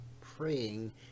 praying